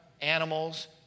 animals